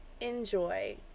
Enjoy